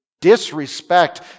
disrespect